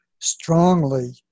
strongly